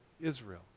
Israel